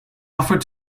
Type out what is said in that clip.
offered